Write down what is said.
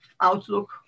outlook